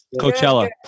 Coachella